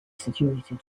situated